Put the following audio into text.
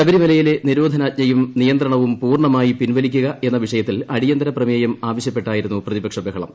ശബരിമലയിലെ നിരോധനാജ്ഞയും നിയന്ത്രണവും പൂർണമായി പിൻവലിക്കുക എന്ന വിഷയത്തിൽ അടിയന്തര പ്രമേയം ആവശ്യപ്പെട്ടായിരുന്നു പ്രതിപക്ഷ ബഹളം